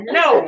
no